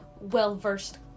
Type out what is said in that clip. well-versed